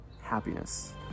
happiness